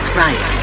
right